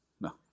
No